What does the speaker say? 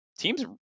Teams